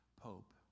pope